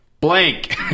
blank